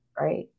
right